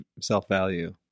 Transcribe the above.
self-value